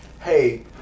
hey